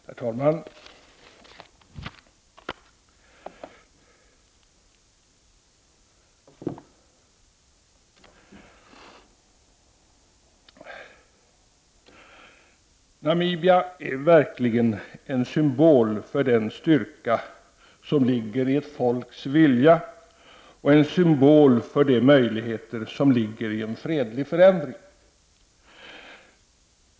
Herr talman! Namibia är verkligen en symbol för den styrka som ligger i ett folks vilja och en symbol för de möjligheter som ligger i en fredlig förändring.